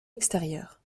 extérieures